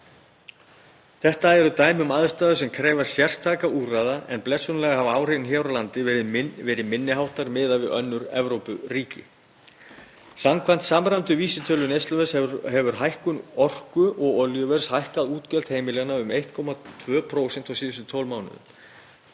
Þetta eru dæmi um aðstæður sem krefjast sérstakra úrræða en blessunarlega hafa áhrifin hér á landi verið minni háttar miðað við önnur Evrópuríki. Samkvæmt samræmdri vísitölu neysluverðs hefur hækkun orku- og olíuverðs hækkað útgjöld heimilanna um 1,2% á síðustu 12 mánuðum.